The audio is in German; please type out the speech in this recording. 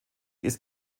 ist